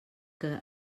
que